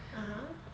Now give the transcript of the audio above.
(uh huh)